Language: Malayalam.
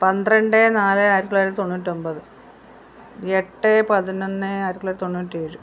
പന്ത്രണ്ട് നാല് ആയിരത്തിത്തൊള്ളായിരത്തി തൊണ്ണൂറ്റൊമ്പത് എട്ട് പതിനൊന്ന് ആയിരത്തിത്തൊള്ളായിരത്തി തൊണ്ണൂറ്റിയേഴ്